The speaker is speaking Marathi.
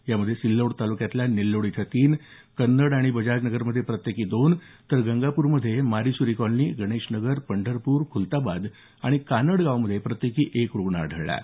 यामध्ये सिल्लोड तालुक्यातल्या निल्लोड इथं तीन कन्नड आणि बजाजनगरमध्ये प्रत्येकी दोन तर गंगापूरमध्ये मारीसुरी कॉलनी गणेशनगर पंढरपूर खुलताबाद आणि कानडगावमध्ये प्रत्येकी एक रुग्ण आढळून आला आहे